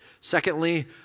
Secondly